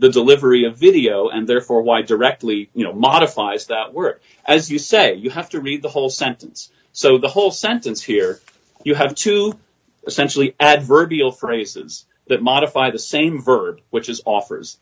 the delivery of video and therefore why directly you know modifies that we're as you say you have to read the whole sentence so the whole sentence here you have to essentially adverbial phrase is that modify the same verb which is offers